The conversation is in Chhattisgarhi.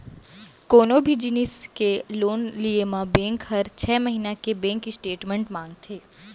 कोनों भी जिनिस के लोन लिये म बेंक हर छै महिना के बेंक स्टेटमेंट मांगथे